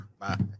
Bye